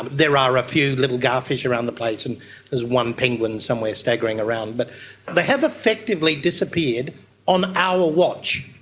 there are a few little garfish around the place and there's one penguin somewhere staggering around. but they have effectively disappeared on our watch,